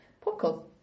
Popcorn